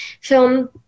film